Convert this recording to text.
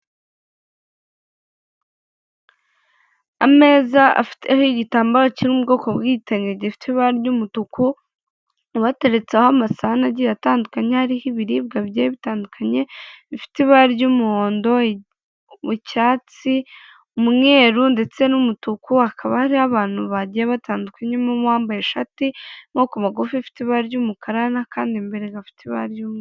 Ameza igitambaro ki mu ubwoko bwihitanye gifite ibara ry'umutuku, bateretseho amasahani agiye atandukanye hariho ibiribwa bigiye bitandukanye, bifite ibara ry'umuhondo mu cyatsi umweru ndetse n'umutuku, akaba hari abantu bagiye batandukanye harimo n'uwambaye ishati y'amaboko magufi ifite ibara ry'umukara n'akandi imbere gafite ibara ry'umweru.